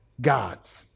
gods